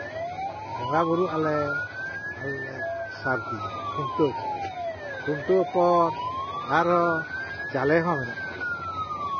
ᱵᱚᱸᱜᱟᱼᱵᱩᱨᱩᱜ ᱟᱞᱮ ᱟᱨᱞᱮ ᱥᱟᱨᱫᱤᱭᱟ ᱠᱷᱩᱱᱴᱟᱹᱣ ᱠᱚᱣᱟᱞᱮ ᱠᱷᱩᱱᱴᱟᱹᱣ ᱯᱚᱨ ᱟᱨᱚ ᱡᱟᱞᱮ ᱦᱚᱸ ᱢᱮᱱᱟᱜ ᱛᱟᱞᱮᱭᱟ